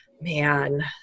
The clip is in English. man